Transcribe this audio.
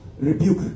Rebuke